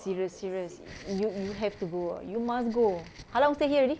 serious serious you you have to go ah you must go how long you stay here already